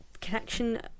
connection